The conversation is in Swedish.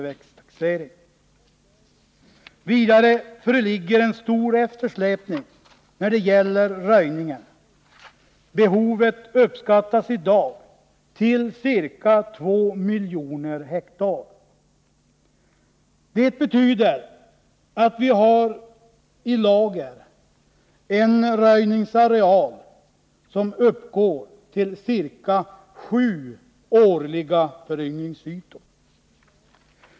Vidare föreligger en stor eftersläpning när det gäller röjningen. Behovet uppskattas i dag omfatta en yta på ca 2 miljoner ha. Det betyder att vi har i lager en röjningsareal som uppgår till ungefär sju årliga föryngringsytor.